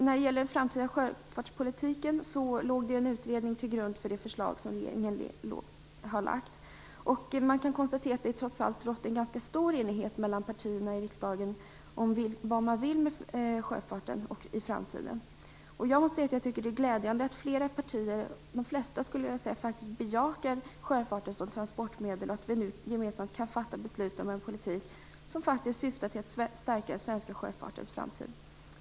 När det gäller den framtida sjöfartspolitiken kan jag säga att en utredning låg till grund för det förslag som regeringen har lagt fram. Man kan konstatera att det trots allt rått en ganska stor enighet mellan partierna i riksdagen om vad man vill med sjöfarten i framtiden. Jag tycker att det är glädjande att de flesta partier bejakar sjöfarten som transportmedel och att vi nu gemensamt kan fatta beslut om en politik som faktiskt syftar till att stärka den svenska sjöfartens framtid.